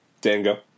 Dango